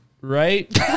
Right